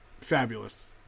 fabulous